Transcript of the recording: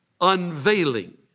unveiling